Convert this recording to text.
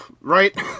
right